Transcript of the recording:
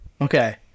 Okay